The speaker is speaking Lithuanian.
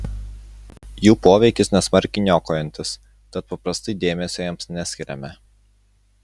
jų poveikis nesmarkiai niokojantis tad paprastai dėmesio joms neskiriame